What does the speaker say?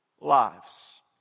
lives